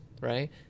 right